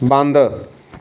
ਬੰਦ